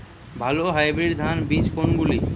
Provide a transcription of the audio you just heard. ভালো হাইব্রিড ধান বীজ কোনগুলি?